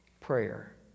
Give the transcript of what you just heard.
prayer